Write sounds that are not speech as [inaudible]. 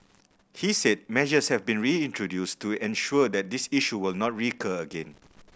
he said measures have been [unintelligible] introduced to ensure that this issue will not recur again